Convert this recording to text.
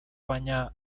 baina